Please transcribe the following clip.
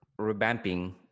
revamping